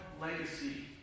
legacy